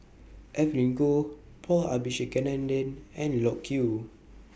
Evelyn Goh Paul Abisheganaden and Loke Yew